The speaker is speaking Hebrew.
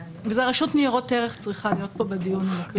רשות ניירות ערך צריכה להיות בדיון כאן על הקריפטו.